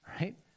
right